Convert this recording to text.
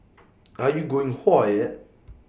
are you going whoa yet